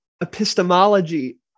epistemology